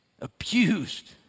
abused